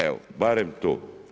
Evo, barem to.